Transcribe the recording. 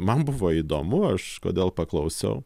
man buvo įdomu aš kodėl paklausiau